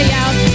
out